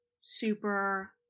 super